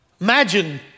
Imagine